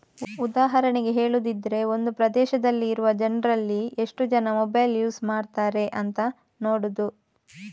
ಉದಾಹರಣೆಗೆ ಹೇಳುದಿದ್ರೆ ಒಂದು ಪ್ರದೇಶದಲ್ಲಿ ಇರುವ ಜನ್ರಲ್ಲಿ ಎಷ್ಟು ಜನ ಮೊಬೈಲ್ ಯೂಸ್ ಮಾಡ್ತಾರೆ ಅಂತ ನೋಡುದು